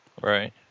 Right